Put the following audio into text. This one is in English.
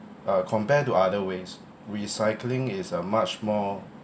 uh compared to other ways recycling is a much more